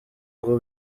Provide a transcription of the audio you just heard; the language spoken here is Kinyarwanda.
ngo